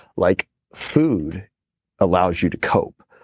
like food allows you to cope,